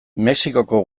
mexikoko